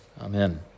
Amen